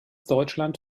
deutschland